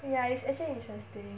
ya it's actually interesting